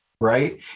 right